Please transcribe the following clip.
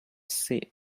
see